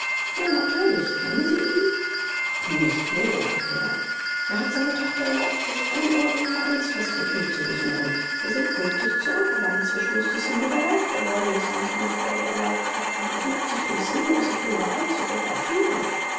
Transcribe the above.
ja natürlich kennen sie ihn nicht näher herr er hat seiner tochter erlaubt bis ein uhr ein vereinsfest mit mir zu besuchen wir sind pünktlich zurück aber inzwischen ist es ihm wieder leid geworden daß er uns eine freude erlaubt hat und er sucht sich durch sinnlose quälerei zu revanchieren